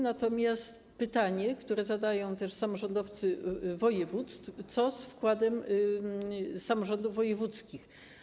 Natomiast pytanie, które zadają też samorządowcy województw, brzmi: Co z wkładem samorządów wojewódzkich?